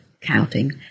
counting